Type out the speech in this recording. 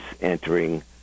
entering